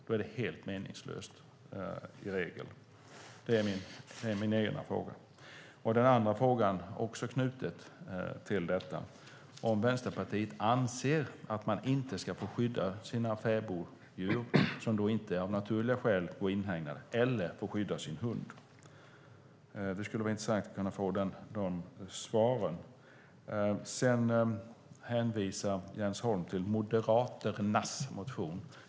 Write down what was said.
Då är det helt meningslöst, i regel. Det är min ena fråga. Den andra frågan är knuten till detta. Anser Vänsterpartiet att man inte ska få skydda sina fäboddjur, som av naturliga skäl inte går inhägnade, eller sin hund? Det skulle vara intressant att få de här svaren. Sedan hänvisar Jens Holm till Moderaternas motion.